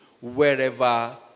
wherever